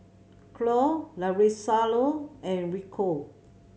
Cloe Larissa and Rico